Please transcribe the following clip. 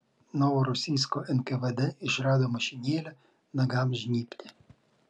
novorosijsko nkvd išrado mašinėlę nagams žnybti